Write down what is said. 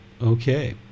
Okay